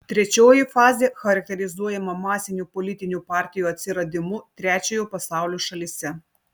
trečioji fazė charakterizuojama masinių politinių partijų atsiradimu trečiojo pasaulio šalyse